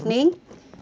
uh